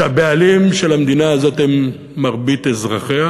שהבעלים של המדינה הזאת הם מרבית אזרחיה,